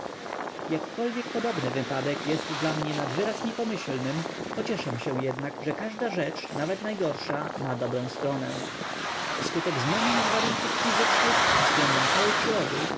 jakkolwiek podobny wypadek jest dla mnie nad wyraz niepomyślnym pocieszam się jednak że każda rzecz nawet najgorsza ma dobrą stronę wskutek zmiany mych warunków fizycznych względem całej przyrody